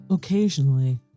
Occasionally